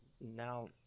now